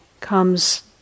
comes